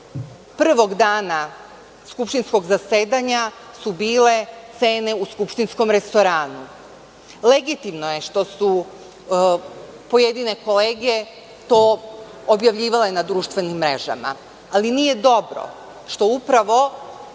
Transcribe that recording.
prvog dana skupštinskog zasedanja su bile cene u skupštinskom restoranu. Legitimno je što su pojedine kolege to objavljivale na društvenim mrežama, ali nije dobro što upravo